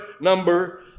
number